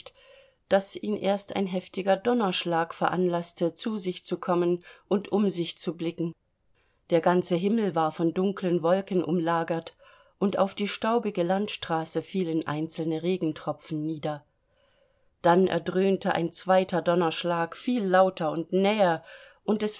daß ihn erst ein heftiger donnerschlag veranlaßte zu sich zu kommen und um sich zu blicken der ganze himmel war von dunklen wolken umlagert und auf die staubige landstraße fielen einzelne regentropfen nieder dann erdröhnte ein zweiter donnerschlag viel lauter und näher und es